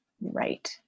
Right